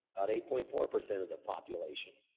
about eight point four percent of the population